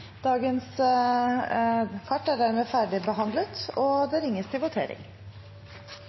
dagens kart er ferdigbehandlet. : Denne saken gjelder forslag til